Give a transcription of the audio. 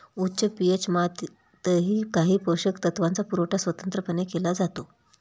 उच्च पी.एच मातीतही काही पोषक तत्वांचा पुरवठा स्वतंत्रपणे केला जातो